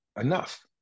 enough